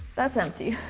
that's empty